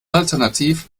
alternativ